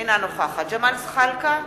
אינה נוכחת ג'מאל זחאלקה,